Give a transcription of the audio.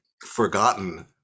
forgotten